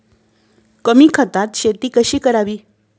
कमी खतात शेती कशी करावी?